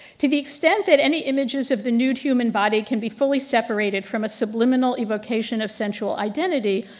to the extent that any images of the nude human body can be fully separated from a subliminal invocation of sexual identity,